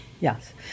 Yes